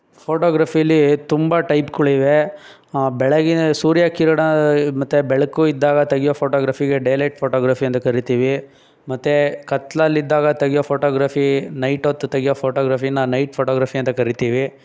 ಫೋಟೋಗ್ರಫಿಲಿ ತುಂಬ ಟೈಪ್ಗಳಿವೆ ಬೆಳಗಿನ ಸೂರ್ಯ ಕಿರಣ ಮತ್ತು ಬೆಳಕು ಇದ್ದಾಗ ತೆಗೆಯೋ ಫೋಟೋಗ್ರಫಿಗೆ ಡೇಲೈಟ್ ಫೋಟೋಗ್ರಫಿ ಅಂತ ಕರಿತೀವಿ ಮತ್ತು ಕತ್ತಲಲ್ಲಿದ್ದಾಗ ತೆಗೆಯೋ ಫೋಟೋಗ್ರಫಿ ನೈಟ್ ಹೊತ್ತು ತೆಗೆಯೋ ಫೋಟೋಗ್ರಫೀನ ನೈಟ್ ಫೋಟೋಗ್ರಫಿ ಅಂತ ಕರಿತೀವಿ